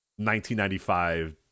1995